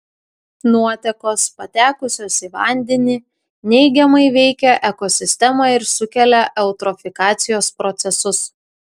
nuotekos patekusios į vandenį neigiamai veikia ekosistemą ir sukelia eutrofikacijos procesus